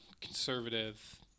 conservative